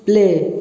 play